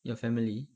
your family